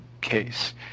case